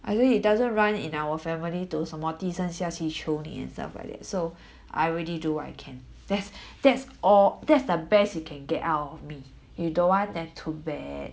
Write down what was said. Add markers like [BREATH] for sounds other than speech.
I know it doesn't run in our family to 什么低声下气求你 and stuff like that so [BREATH] I already do what I can that's [BREATH] that's all that's the best you can get out of me you don't want then too bad